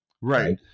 Right